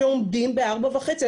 שעומדים ב-4.5 מ"ר.